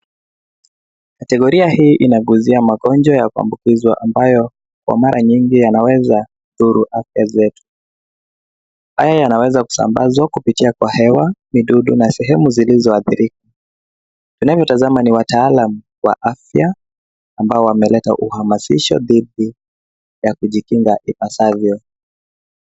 Kategoria hii inaguzia magonjwa ya kuambukizwa ambayo kwa mara nyingi yanaweza dhuru afya zetu. Haya yanaweza kusambazwa kupitia kwa hewa, midudu na sehemu zilizoadhirika. Unavyotazama ni wataalam wa afya ambao wameleta uhamasisho wa dhidi ya kujikinga ipasavyo.